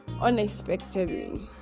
unexpectedly